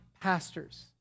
pastors